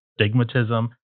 stigmatism